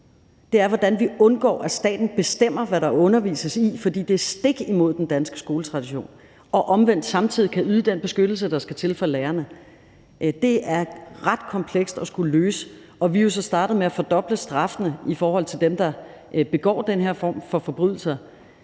nemlig hvordan vi undgår, at staten bestemmer, hvad der undervises i, for det er stik imod den danske skoletradition, og samtidig kan yde den beskyttelse, der skal til, af lærerne. Det er ret komplekst at skulle løse, og vi er så startet med at fordoble straffene for dem, der begår den her form for forbrydelser.